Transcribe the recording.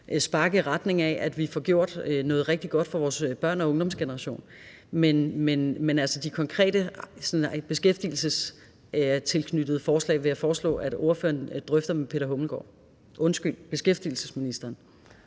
spark i retning af, at vi får gjort noget rigtig godt for vores børne- og ungdomsgeneration. Men de konkrete beskæftigelsesrelaterede forslag vil jeg foreslå at ordføreren drøfter med beskæftigelsesministeren.